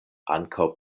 ankaŭ